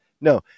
No